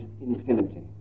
infinity